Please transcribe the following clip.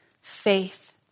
faith